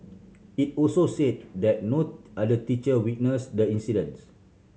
it also said that no other teacher witnessed the incidents